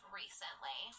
recently